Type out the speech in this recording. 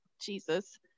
Jesus